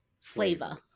flavor